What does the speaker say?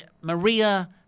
Maria